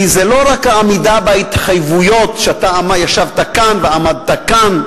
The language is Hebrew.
כי זה לא רק העמידה בהתחייבויות שאתה ישבת כאן ועמדת כאן.